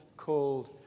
called